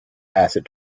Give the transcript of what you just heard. acid